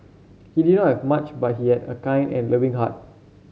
he did not have much but he had a kind and loving heart